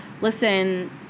listen